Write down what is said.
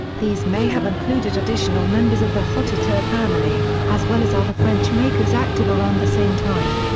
these may have included additional members of the hotteterre family, as well as other french makers active around the same time.